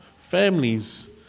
families